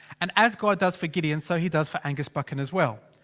and as god does for gideon, so he does for angus buchan as well.